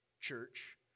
church